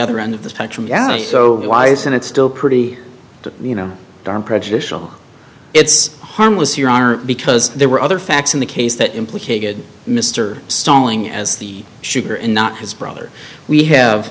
other end of the spectrum so why isn't it still pretty you know darn prejudicial it's harmless you are because there were other facts in the case that implicated mr sterling as the sugar and not his brother we have